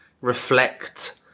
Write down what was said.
reflect